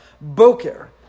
Boker